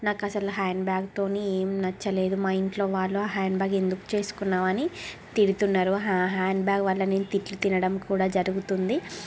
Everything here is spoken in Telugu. నాకసలు ఆ హ్యాండ్బ్యాగ్తోనే ఏం నచ్చలేదు మా ఇంట్లో వాళ్ళు ఆ హ్యాండ్బ్యాగ్ ఎందుకు చేసుకున్నావని తిడుతున్నారు ఆ హ్యాండ్బ్యాగ్ వల్ల నేను తిట్లు తినడం కూడా జరుగుతుంది